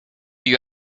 you